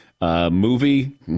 Movie